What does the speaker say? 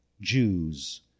Jews